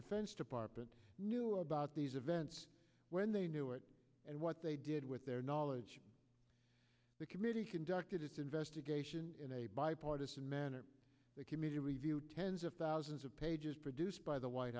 defense department knew about these events when they knew it and what they did with their knowledge the committee conducted its investigation in a bipartisan manner the committee reviewed tens of thousands of pages produced by the white